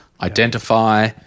identify